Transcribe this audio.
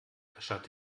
erscheint